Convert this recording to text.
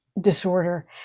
disorder